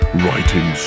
writing